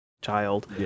child